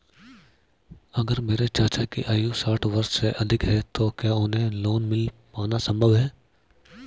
अगर मेरे चाचा की आयु साठ वर्ष से अधिक है तो क्या उन्हें लोन मिल पाना संभव है?